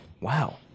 Wow